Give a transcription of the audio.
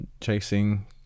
chasing